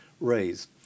raise